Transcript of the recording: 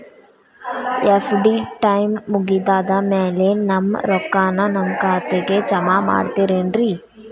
FD time ಮುಗಿದಾದ್ ಮ್ಯಾಲೆ ನಮ್ ರೊಕ್ಕಾನ ನಮ್ ಖಾತೆಗೆ ಜಮಾ ಮಾಡ್ತೇರೆನ್ರಿ?